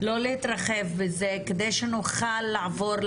כמו שאמרת,